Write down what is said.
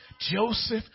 Joseph